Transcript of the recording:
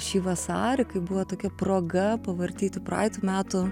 šį vasarį kai buvo tokia proga pavartyti praeitų metų